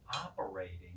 operating